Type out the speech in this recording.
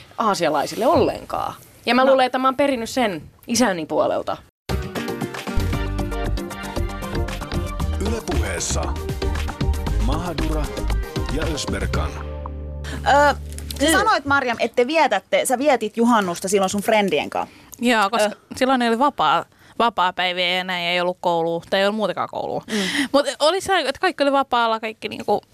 Aasialaisille ollenkaan. Ja mä No. luulen, että mä oon perinyt sen isäni puolelta. Yle Puheessa. Mahadura ja Ösberkan. Ö, sä sanoit, Marjam, että te vietätte- sä vietit juhannusta silloin sun friendien kanssa. Joo, Ö. koska silloin ei oli vapaa- vapaapäiviä ja näin, ei ollut koulua, tai ei ollut muutakaan koulua. Mm. Mut oli se, että kaikki oli vapaalla, kaikki niinku-